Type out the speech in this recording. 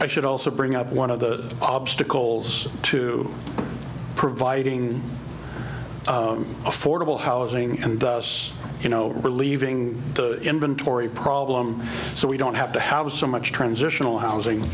i should also bring up one of the obstacles to providing affordable housing and you know relieving the inventory problem so we don't have to have so much transitional housing